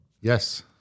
Yes